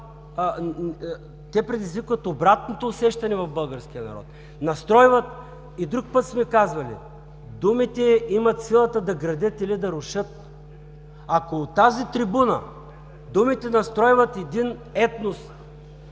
Те предизвикват обратното усещане в българския народ. Настройват, и друг път сме казвали – думите имат силата да градят или да рушат. Ако от тази трибуна думите настройват един етнос